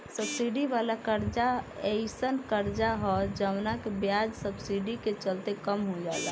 subsidy वाला कर्जा एयीसन कर्जा ह जवना के ब्याज सब्सिडी के चलते कम हो जाला